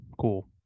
cool